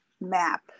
map